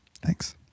Thanks